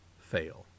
fail